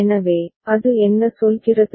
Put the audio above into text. எனவே அது என்ன சொல்கிறது